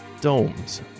domes